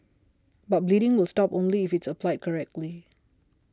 but bleeding will stop only if it is applied correctly